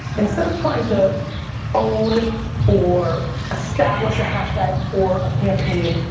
instead of trying to own or establish a hashtag for a campaign,